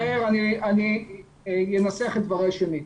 אני מצטער, אני אנסח את דבריי שנית.